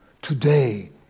Today